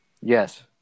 Yes